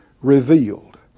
revealed